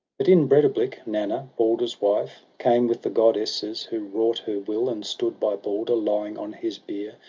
but in breidablik nanna, balder's wife. came with the goddesses who wrought her will, and stood by balder lying on his bier.